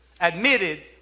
admitted